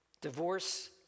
divorce